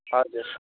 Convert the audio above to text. हजुर